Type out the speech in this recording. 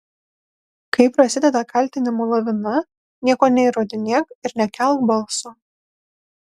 kai prasideda kaltinimų lavina nieko neįrodinėk ir nekelk balso